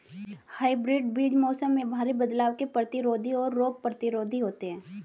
hybrid बीज मौसम में भारी बदलाव के प्रतिरोधी और रोग प्रतिरोधी होते हैं